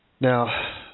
now